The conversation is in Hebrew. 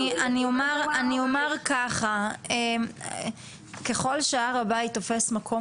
אני אומר כך: ככל שהר הבית תופס מקום